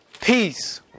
peace